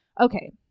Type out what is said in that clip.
Okay